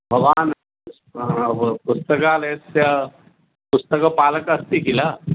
भवान् पुस्तकालयस्य पुस्तकपालकः अस्ति किल